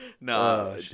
No